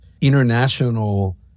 international